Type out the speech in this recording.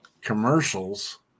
commercials